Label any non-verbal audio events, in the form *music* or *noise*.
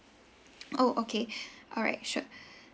oh okay *breath* all right sure *breath*